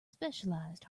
specialized